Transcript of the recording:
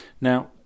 now